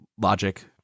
logic